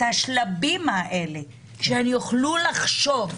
השלבים האלה, שהן יוכלו לחשוב.